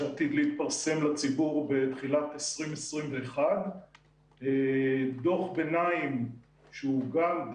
שעתיד להתפרסם לציבור בתחילת 20/21. דוח ביניים שהוא גם התפרסם,